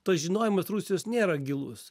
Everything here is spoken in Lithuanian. tas žinojimas rusijos nėra gilus